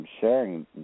Sharing